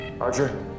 Archer